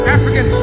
African